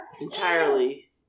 entirely